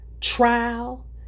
trial